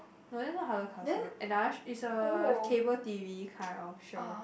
no that's not Hello-Counselor another it's a cable T_V kind of show